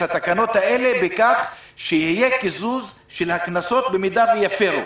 התקנות האלה בכך שיהיה קיזוז של הכנסות במידה שיפרו.